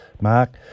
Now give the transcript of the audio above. Mark